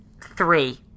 three